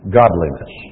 godliness